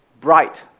bright